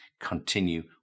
continue